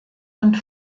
und